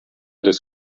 des